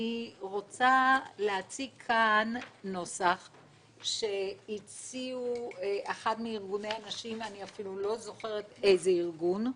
אני רוצה להציג כאן נוסח שהציע אחד מארגוני הנשים שאיני זוכרת את שמו.